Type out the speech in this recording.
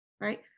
right